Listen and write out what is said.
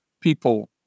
people